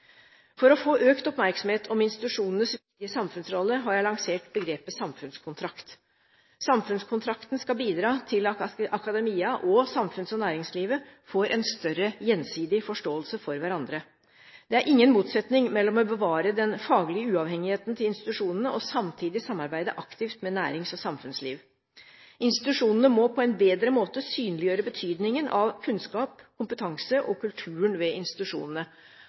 For å få økt oppmerksomhet om institusjonenes viktige samfunnsrolle har jeg lansert begrepet «samfunnskontrakt». Samfunnskontrakten skal bidra til at akademia og samfunns- og næringslivet får en større gjensidig forståelse for hverandre. Det er ingen motsetning mellom å bevare den faglige uavhengigheten til institusjonene og samtidig samarbeide aktivt med nærings- og samfunnsliv. Institusjonene må på en bedre måte synliggjøre betydningen av kunnskap, kompetanse og kulturen ved institusjonene.